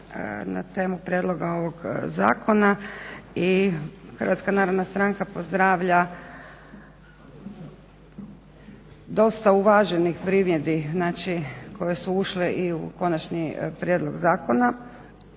na temu prijedloga ovog zakona i HNS pozdravlja dosta uvaženih primjedbi znači koje su ušle i u konačni prijedlog zakona.